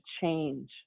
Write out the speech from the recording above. change